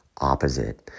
opposite